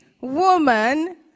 Woman